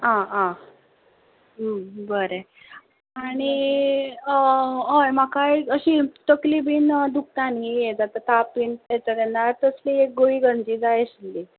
आं आं बरें आनी हय म्हाका एक अशी तकली बीन दुखता नी हें जाता ताप बीन येता तेन्ना तसली एक गुळी खंयची जाय आशिल्ली